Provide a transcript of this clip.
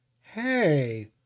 hey